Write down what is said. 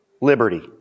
liberty